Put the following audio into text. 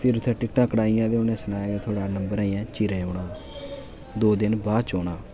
फिर उत्थै टिक्टां कटाइयां ते उ'नें सनाया थुआड़ा नम्बर अजें चिरें औना दो दिन बाद च औना